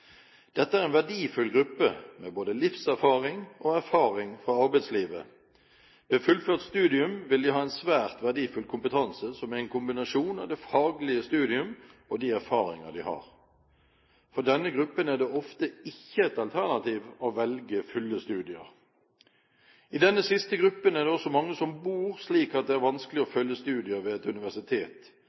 Dette er en verdifull gruppe med både livserfaring og erfaring fra arbeidslivet. Ved fullført studium vil de ha en svært verdifull kompetanse som er en kombinasjon av det faglige studium og de erfaringer de har. For denne gruppen er det ofte ikke et alternativ å velge fulle studier. I denne siste gruppen er det også mange som bor slik at det er vanskelig å følge studier ved et universitet,